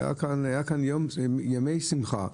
היו כאן ימי שמחה,